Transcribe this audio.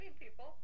people